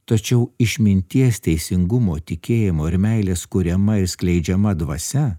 tačiau išminties teisingumo tikėjimo ir meilės kuriama ir skleidžiama dvasia